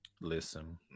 Listen